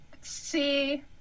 See